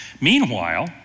Meanwhile